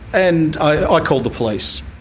and i called the police.